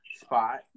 spot